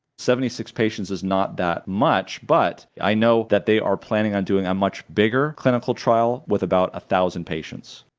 seventy six patients is not that much but i know that they are planning on doing a much bigger clinical trial with about a thousand patients,